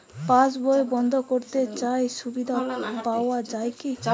পাশ বই বন্দ করতে চাই সুবিধা পাওয়া যায় কি?